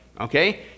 okay